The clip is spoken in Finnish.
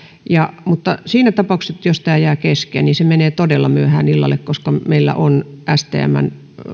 mutta siinä tapauksessa jos tämä jää kesken se menee todella myöhään iltaan koska meillä on stmn